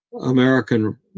American